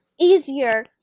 easier